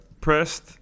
Pressed